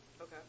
Okay